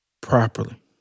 properly